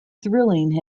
thrilling